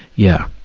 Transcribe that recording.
yeah.